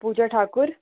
Puja Thakur